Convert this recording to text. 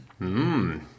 Mmm